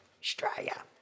Australia